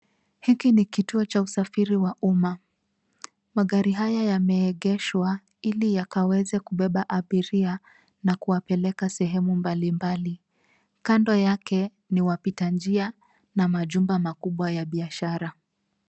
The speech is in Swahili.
Hiki ni kituo cha usafiri wa umma. Magari haya yameegeshwa ili yakaweze kubeba abiria, na kuwapeleka sehemu mbali mbali. Kando yake, ni wapita njia na majumba makubwa ya biashara.